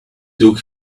took